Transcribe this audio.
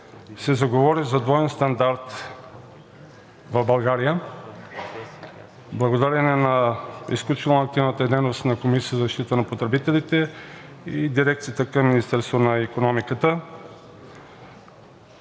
се заговори за двоен стандарт в България, благодарение на изключително активната дейност на Комисията за защита на потребителите и дирекцията към Министерството на икономиката.